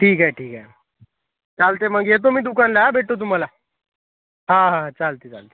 ठीक आहे ठीक आहे चालतं आहे मग येतो मी दुकानला आ भेटतो तुम्हाला हां हां चालतं आहे चालतं आहे